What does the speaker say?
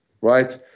right